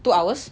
two hours